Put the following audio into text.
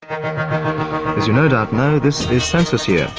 um no doubt know, this is census year.